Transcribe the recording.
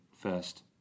first